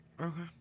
Okay